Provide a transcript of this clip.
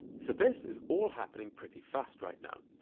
so this is all happening pretty fast right now.